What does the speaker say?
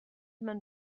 man